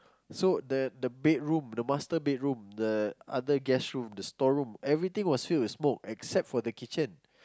so the the bedroom the master bedroom the other guest room the store room everything was filled with smoke except for the kitchen